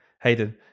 hayden